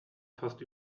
fast